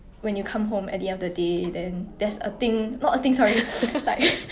!wah! I'm not very sure also leh like I thought about it right